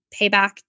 payback